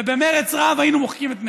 ובמרץ רב היינו מוחקים את מרצ.